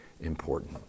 important